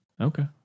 Okay